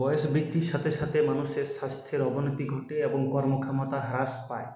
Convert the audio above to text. বয়স বৃদ্ধির সাথে সাথে মানুষের স্বাস্থ্যের অবনতি ঘটে এবং কর্ম ক্ষমতা হ্রাস পায়